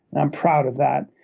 and i'm proud of that.